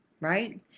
right